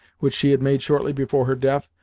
which she had made shortly before her death,